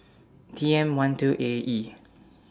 T M one two A E